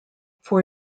four